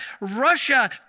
Russia